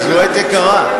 זה עט יקר.